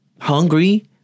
hungry